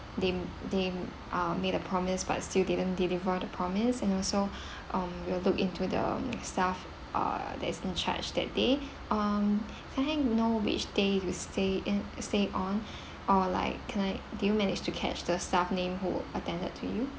they they uh made a promise but still didn't deliver the promise and also um we'll look into the staff uh that is in charge that day um can I know which day you stay in stay on or like can I did you manage to catch the staff name who attended to you